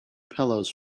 pillows